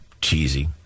cheesy